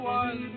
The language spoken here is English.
one